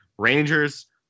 Rangers